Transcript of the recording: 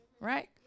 right